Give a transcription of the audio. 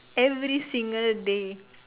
every single day